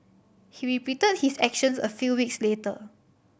he repeated his actions a few weeks later